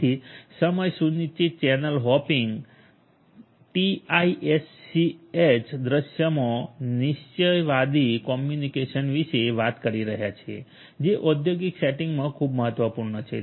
તેથી સમય સુનિશ્ચિત ચેનલ હોપિંગ ટીઆઈએસસીએચ દૃશ્યમાં આપણે નિશ્ચયવાદી કમ્યુનિકેશન વિશે વાત કરી રહ્યા છીએ જે ઔદ્યોગિક સેટિંગ્સમાં ખૂબ મહત્વપૂર્ણ છે